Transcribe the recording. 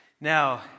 Now